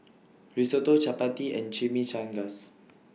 Risotto Chapati and Chimichangas